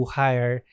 hire